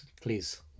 Please